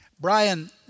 Brian